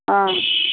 हँ